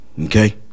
Okay